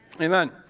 Amen